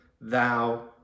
Thou